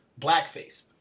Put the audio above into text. blackface